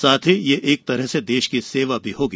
साथ ही यह एक तरह से देश की सेवा भी होगी